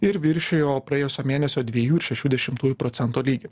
ir viršijo praėjusio mėnesio dviejų ir šešių dešimtųjų procento lygį